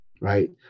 Right